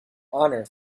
honor